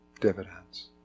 dividends